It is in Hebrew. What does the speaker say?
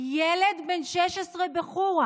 ילד בן 16 בחורה,